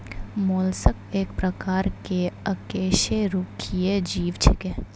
mollusc एक प्रकार के अकेशेरुकीय जीव छेकै